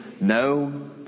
No